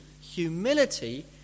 humility